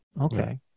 Okay